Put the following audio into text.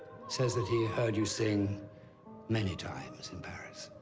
says that he heard you sing many times in paris.